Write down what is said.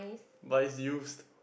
but it's used